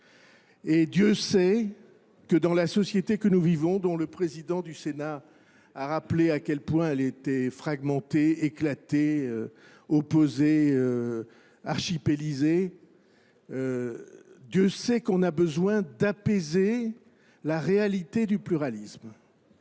Et Dieu sait que dans la société que nous vivons, dont le président du Sénat a rappelé à quel point elle était fragmentée, éclatée, opposée, archipélisée, Dieu sait qu'on a besoin d'apaiser la réalité du pluralisme.